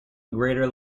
greater